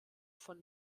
von